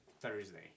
Thursday